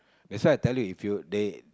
that's why I tell you if you they